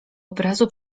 obrazu